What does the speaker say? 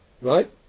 right